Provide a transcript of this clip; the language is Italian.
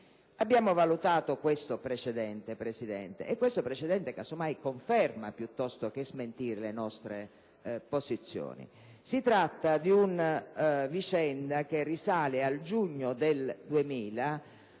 Abbiamo valutato questo precedente, Presidente, e questo caso mai conferma, piuttosto che smentire, le nostre posizioni. Si tratta di una vicenda che risale al giugno 2000,